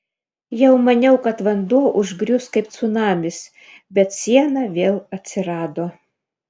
jau maniau kad vanduo užgrius kaip cunamis bet siena vėl atsirado